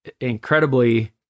incredibly